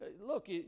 look